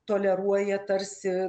toleruoja tarsi